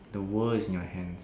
the world is in your hands